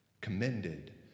commended